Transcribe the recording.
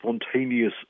spontaneous